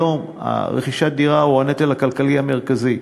היום רכישת דירה היא הנטל הכלכלי המרכזי.